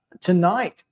Tonight